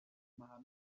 mahano